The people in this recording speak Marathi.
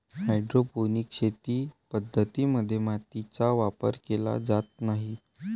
हायड्रोपोनिक शेती पद्धतीं मध्ये मातीचा वापर केला जात नाही